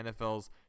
NFL's